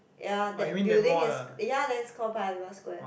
ya that building is ya that is call Paya-Lebar Square